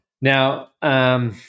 Now